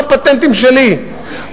זה לא פטנטים שלי,